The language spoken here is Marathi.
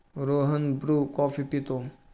रोहन ब्रू कॉफी पितो